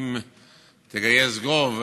אם תגייס רוב,